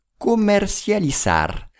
Comercializar